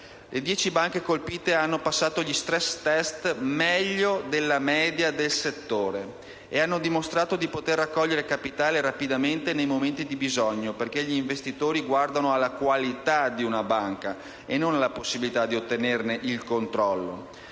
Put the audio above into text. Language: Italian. Le dieci banche colpite hanno passato gli *stress test* meglio della media del settore e hanno dimostrato di poter raccogliere capitale rapidamente nei momenti di bisogno, perché gli investitori guardano alla qualità di una banca e non alla possibilità di ottenerne il controllo.